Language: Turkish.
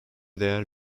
değer